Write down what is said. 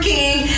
King